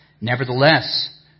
Nevertheless